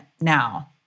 now